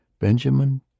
Benjamin